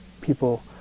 people